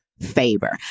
favor